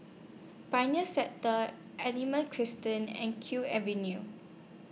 Pioneer Sector aliment cresting and Q Avenue